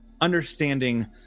understanding